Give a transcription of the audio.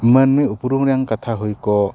ᱢᱟᱹᱱᱢᱤ ᱩᱯᱨᱩᱢ ᱨᱮᱱᱟᱝ ᱠᱟᱛᱷᱟ ᱦᱩᱭ ᱠᱚᱜ